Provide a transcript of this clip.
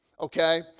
Okay